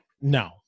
No